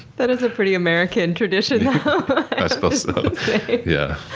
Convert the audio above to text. that is a pretty american tradition though. i suppose yeah.